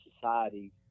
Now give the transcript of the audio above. society